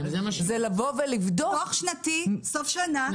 זה לבוא ולבדוק --- דוח שנתי בסוף שנה,